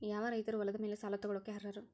ಯಾವ ರೈತರು ಹೊಲದ ಮೇಲೆ ಸಾಲ ತಗೊಳ್ಳೋಕೆ ಅರ್ಹರು?